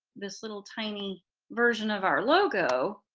this little tiny version of our logo